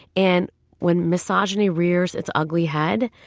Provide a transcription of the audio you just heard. and when misogyny rears its ugly head,